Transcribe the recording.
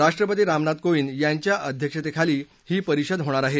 राष्ट्रपती रामनाथ कोविद यांच्या अध्यक्षतेखाली ही परिषद भरणार आहे